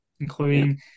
including